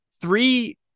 three